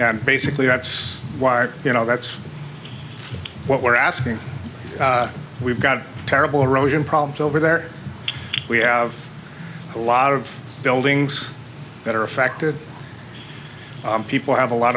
and basically that's why our you know that's what we're asking we've got terrible erosion problems over there we have a lot of buildings that are affected people have a lot